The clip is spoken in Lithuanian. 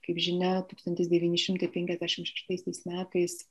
kaip žinia tūkstantis devyni šimtai penkiasdešimt šeštaisiais metais